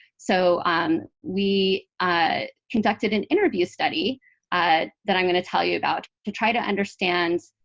so um we ah conducted an interview study that i'm going to tell you about to try to understand